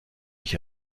ich